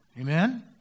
Amen